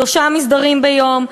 שלושה מסדרים ביום,